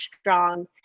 strong